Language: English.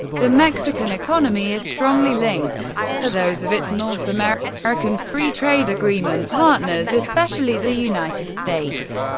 the mexican economy is strongly linked to those of its north american american free trade agreement partners, especially the united states.